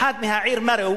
אחד מהעיר מרו,